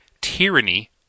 tyranny